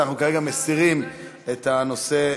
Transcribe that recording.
אז אנחנו כרגע מסירים את הנושא.